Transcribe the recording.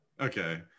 Okay